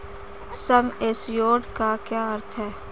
सम assured का क्या अर्थ है?